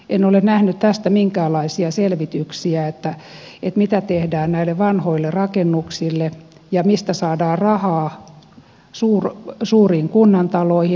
en ole nähnyt tästä minkäänlaisia selvityksiä mitä tehdään näille vanhoille rakennuksille ja mistä saadaan rahaa suuriin kunnantaloihin